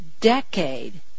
decade